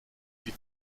die